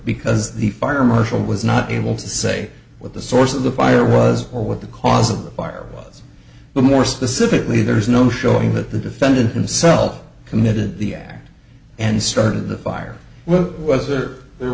because the fire marshal was not able to say what the source of the fire was or what the cause of the fire was but more specifically there's no showing that the defendant himself committed the act and started the fire whether there